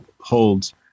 holds